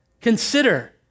consider